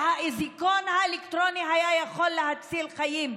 והאזיקון האלקטרוני היה יכול להציל חיים.